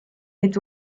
est